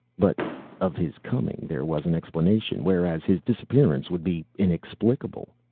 but of his coming there was an explanation, whereas his disappearance would be inexplicable.